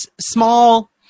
small